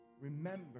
Remember